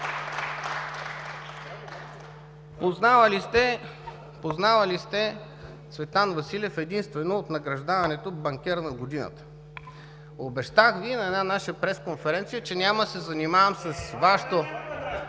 Познавали сте Цветан Василев единствено от награждаването „Банкер на годината“. Обещах Ви на една наша пресконференция, че няма да се…